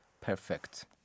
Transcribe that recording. perfect